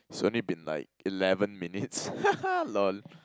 it's only been like eleven minutes ha ha lol